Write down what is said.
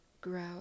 Grow